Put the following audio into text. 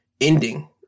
ending